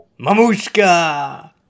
Mamushka